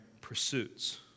pursuits